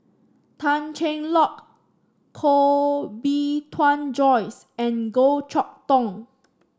Tan Cheng Lock Koh Bee Tuan Joyce and Goh Chok Tong